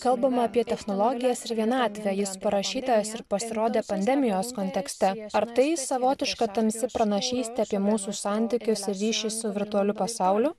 kalbama apie technologijas ir vienatvę jis parašytas ir pasirodė pandemijos kontekste ar tai savotiška tamsi pranašystė apie mūsų santykius ir ryšį su virtualiu pasauliu